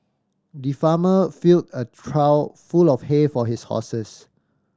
the farmer filled a trough full of hay for his horses